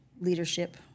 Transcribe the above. leadership